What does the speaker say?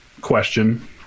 question